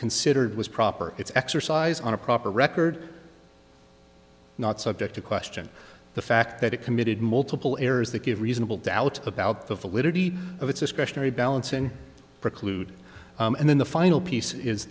considered was proper it's exercise on a proper record not subject to question the fact that it committed multiple errors that give reasonable doubt about the validity of its discretionary balance and preclude and then the final piece is